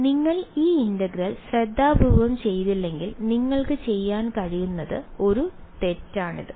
അതിനാൽ നിങ്ങൾ ഈ ഇന്റഗ്രൽ ശ്രദ്ധാപൂർവ്വം ചെയ്തില്ലെങ്കിൽ നിങ്ങൾക്ക് ചെയ്യാൻ കഴിയുന്ന ഒരു തെറ്റാണിത്